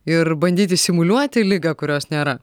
ir bandyti simuliuoti ligą kurios nėra